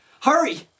Hurry